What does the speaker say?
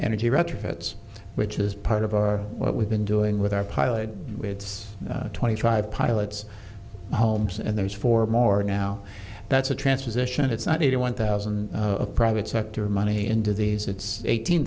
energy retrofits which is part of our what we've been doing with our pilot it's twenty five pilots homes and there's four more now that's a transposition it's not even one thousand private sector money into these it's eighteen